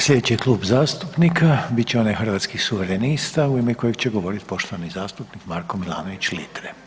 Sljedeći klub zastupnika bit će onaj Hrvatskih suverenista u ime kojeg će govoriti poštovani zastupnik Marko Milanović Litre.